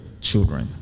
children